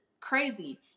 crazy